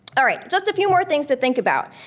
alright, just a few more things to think about.